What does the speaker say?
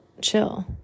chill